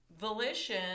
volition